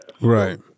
right